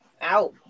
Out